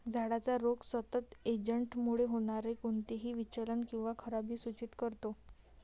झाडाचा रोग सतत एजंटमुळे होणारे कोणतेही विचलन किंवा खराबी सूचित करतो